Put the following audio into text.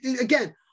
again